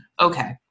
Okay